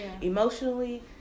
emotionally